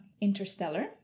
interstellar